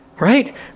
Right